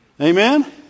Amen